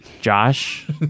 Josh